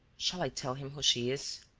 shall i tell him who she is?